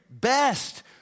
best